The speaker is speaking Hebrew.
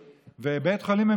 אומרים שמ-20% זה הכול פתוח,